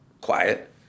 quiet